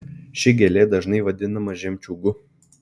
ši gėlė dažnai vadinama žemčiūgu